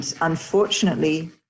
unfortunately